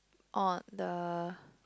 oh the